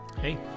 Hey